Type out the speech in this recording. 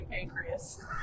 pancreas